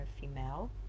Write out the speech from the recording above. female